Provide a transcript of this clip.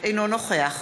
אינו נוכח